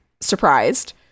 surprised